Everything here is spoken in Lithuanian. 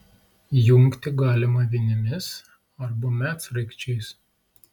jungti galima vinimis arba medsraigčiais